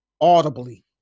audibly